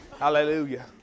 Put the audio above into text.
Hallelujah